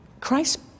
Christ